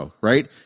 right